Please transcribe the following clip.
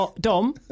Dom